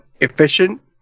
efficient